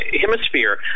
hemisphere